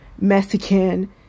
Mexican